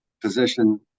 position